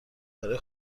برای